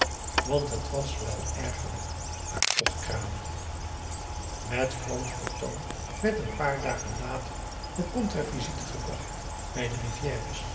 want het was wel ergerlijk maar toch kranig met groot vertoon werd n paar dagen later de contravisite gebracht bij de rivière's